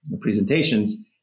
presentations